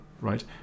right